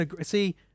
See